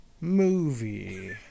movie